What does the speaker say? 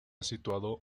situado